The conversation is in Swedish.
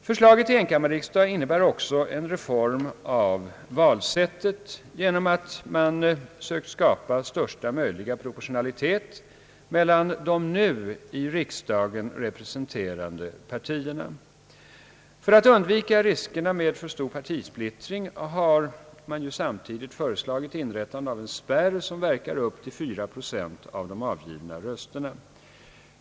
Förslaget till enkammarriksdag innebär också en reform av valsättet genom att man sökt skapa största möjliga proportionalitet mellan de nu i riksdagen representerade partierna. För att undvika riskerna med alltför stor partisplittring har man samtidigt föreslagit inrättandet av en spärr som verkar upp till fyra procent av de avgivna rösterna.